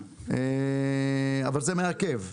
אבל זה מעכב,